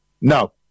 No